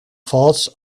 faults